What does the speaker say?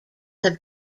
have